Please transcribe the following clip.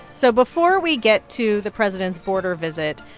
so before we get to the president's border visit,